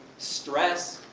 stress,